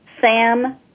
Sam